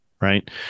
Right